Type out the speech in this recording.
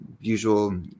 usual